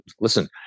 listen